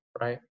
right